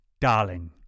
Darling